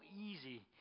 easy